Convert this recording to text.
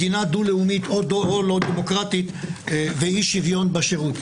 מדינה דו-לאומית או לא דמוקרטית ואי-שוויון בשירות.